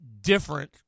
different